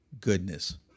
goodness